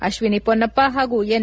ಅಶ್ವಿನಿ ಪೊನ್ನಪ್ಪ ಹಾಗೂ ಎನ್